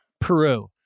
Peru